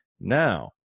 now